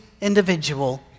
individual